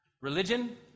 religion